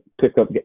pickup